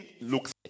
looks